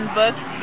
books